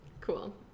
Cool